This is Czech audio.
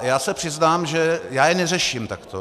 Já se přiznám, že já je neřeším takto.